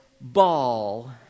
ball